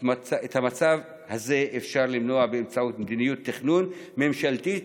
את המצב הזה אפשר למנוע באמצעות מדיניות תכנון ממשלתית